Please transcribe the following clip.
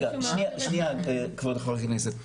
שנייה, כבוד חברת הכנסת.